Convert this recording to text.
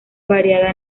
variada